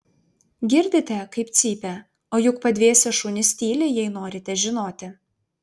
girdite kaip cypia o juk padvėsę šunys tyli jei norite žinoti